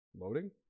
Loading